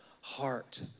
heart